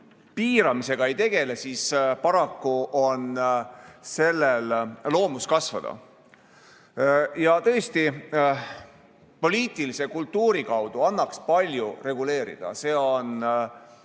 piiramisega ei tegele, siis paraku on selle loomuses kasvada. Ja tõesti, poliitilise kultuuri kaudu annaks palju reguleerida. See on